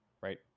right